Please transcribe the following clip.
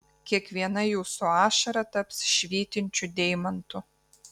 kiekviena jūsų ašara taps švytinčiu deimantu